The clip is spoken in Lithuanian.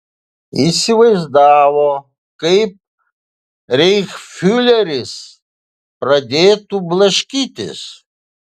įsivaizdavo kaip reichsfiureris pradėtų blaškytis